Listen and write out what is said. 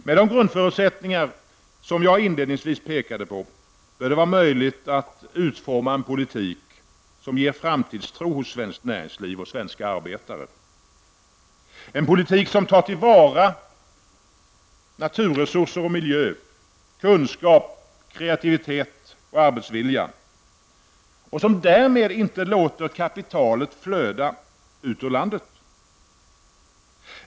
Med de grundförutsättningar som jag inledningsvis pekade på bör det vara möjligt att utforma en politik som ger framtidstro hos svenskt näringsliv och svenska arbetare, en politik där man tar till vara naturresurser och miljö, kunskap, kreativitet, arbetsvilja och därmed inte låter kapitalet flöda ut ur landet.